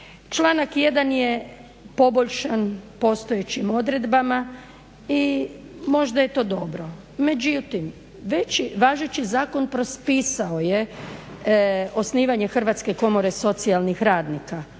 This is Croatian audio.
Članak 1. je poboljšan postojećim odredbama i možda je to dobro. Međutim, važeći zakon propisao je osnivanje Hrvatske komore socijalnih radnika,